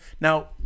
Now